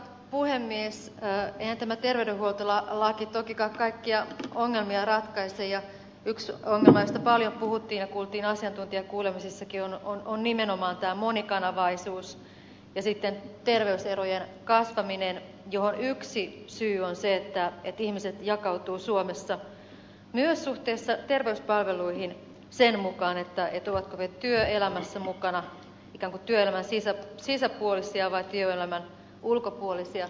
eihän tämä terveydenhuoltolaki tokikaan kaikkia ongelmia ratkaise ja yksi ongelma josta paljon puhuttiin ja kuultiin asiantuntijakuulemisissakin on nimenomaan tämä monikanavaisuus ja toinen on terveyserojen kasvaminen johon yksi syy on se että ihmiset jakautuvat suomessa myös suhteessa terveyspalveluihin sen mukaan ovatko he työelämässä mukana ikään kuin työelämän sisäpuolella vai työelämän ulkopuolella